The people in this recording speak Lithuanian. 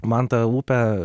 man ta upė